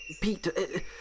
Pete